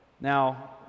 Now